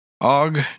Og